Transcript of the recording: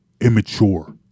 immature